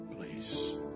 Please